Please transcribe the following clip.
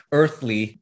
earthly